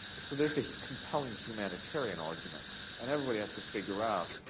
so there's a compelling humanitarian argument and everybody has to figure out